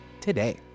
today